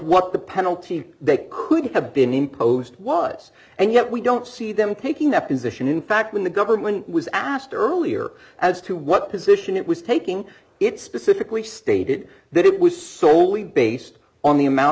what the penalty they could have been imposed was and yet we don't see them taking that position in fact when the government was asked earlier as to what position it was taking it specifically stated that it was soley based on the amount